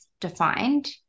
defined